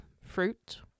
fruit